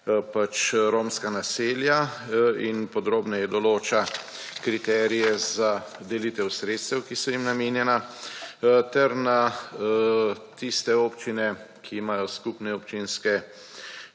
imajo romska naselja in podrobneje določa kriterije za delitev sredstev, ki so jim namenjena, ter na tiste občine, ki imajo skupne občinske